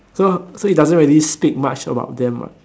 so so it doesn't really speak much about them what